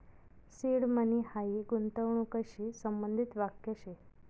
seed money हायी गूंतवणूकशी संबंधित वाक्य शे